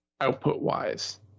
output-wise